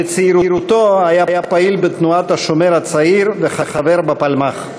בצעירותו היה פעיל בתנועת "השומר הצעיר" וחבר בפלמ"ח.